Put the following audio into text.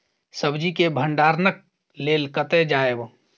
सब्जी के भंडारणक लेल कतय जायब?